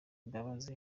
imbabazi